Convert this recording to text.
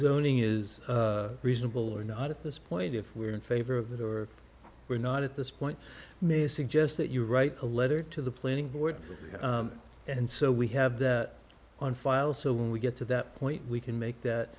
zoning is reasonable or not at this point if we are in favor of that or we're not at this point may suggest that you write a letter to the planning board and so we have on file so when we get to that point we can make that